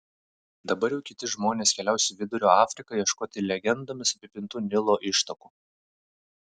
dabar jau kiti žmonės keliaus į vidurio afriką ieškoti legendomis apipintų nilo ištakų